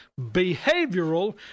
behavioral